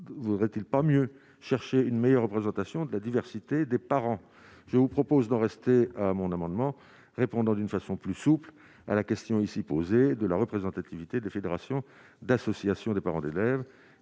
vaudrait-il pas mieux chercher une meilleure représentation de la diversité des parents, je vous propose d'en rester à mon amendement répondant d'une façon plus souple à la question ici posée de la représentativité de fédération d'associations de parents d'élèves